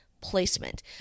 placement